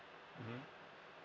mmhmm